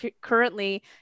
currently